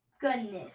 goodness